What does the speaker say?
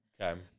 Okay